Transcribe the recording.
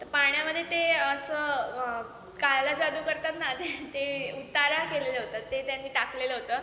तर पाण्यामध्ये ते असं काला जादू करतात ना ते उतारा केलेलं होतं ते त्यांनी टाकलेलं होतं